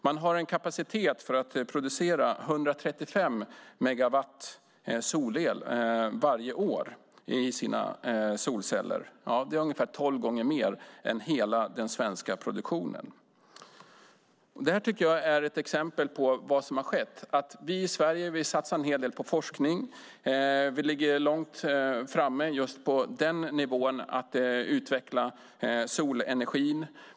Man har kapacitet att producera 135 megawatt solel varje år i sina solceller. Det är ungefär tolv gånger mer än hela den svenska produktionen. Det här är ett exempel på vad som har skett. Vi i Sverige satsar en hel del på forskning. Vi ligger långt framme just på den nivån att utveckla solenergin.